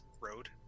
road